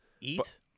Eat